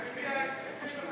25,